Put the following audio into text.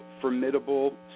formidable